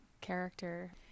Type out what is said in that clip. character